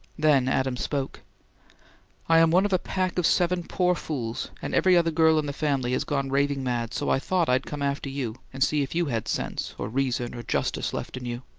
then adam spoke i am one of a pack of seven poor fools, and every other girl in the family has gone raving mad, so i thought i'd come after you, and see if you had sense, or reason, or justice, left in you.